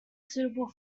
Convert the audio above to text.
suitable